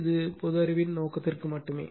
இது பொது அறிவின் நோக்கத்திற்காக மட்டுமே